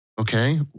okay